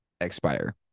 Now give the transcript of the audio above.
expire